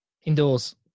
Indoors